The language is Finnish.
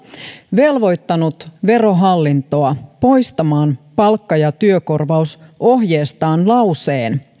velvoittanut verohallintoa poistamaan palkka ja työkorvausohjeestaan lauseen